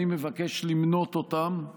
אני מבקש למנות אותם,